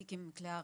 בתיק עם כלי הרצח.